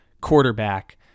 quarterback